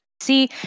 See